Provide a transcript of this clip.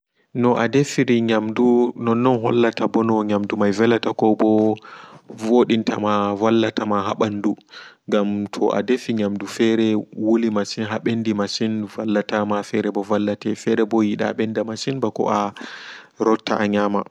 Noa defiri nyamdu nonnon hollataɓo no nyamdu mai velata koɓo vodintama vallata ma ha ɓandu gam toa defi nyamdu fere wuli masin ɓendi masin wallatama fereɓo vallete fereɓo yida ɓenda masin ɓako aa rotta a nyama